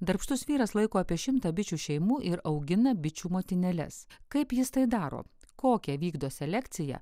darbštus vyras laiko apie šimtą bičių šeimų ir augina bičių motinėles kaip jis tai daro kokią vykdo selekciją